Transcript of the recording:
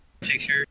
picture